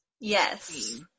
Yes